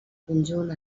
conjunt